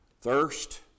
thirst